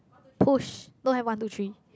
push don't have one two three